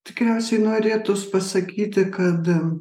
tikriausiai norėtųs pasakyti kad